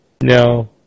No